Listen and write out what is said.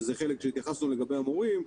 שזה חלק שהתייחסנו לגבי המורים.